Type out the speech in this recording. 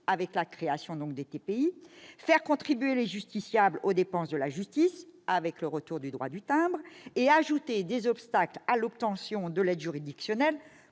avec la création des TPI, vous voulez faire contribuer les justiciables aux dépenses de la justice, avec le retour du droit de timbre, et vous désirez ajouter des obstacles à l'obtention de l'aide juridictionnelle